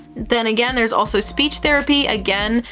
then again, there's also speech therapy, again,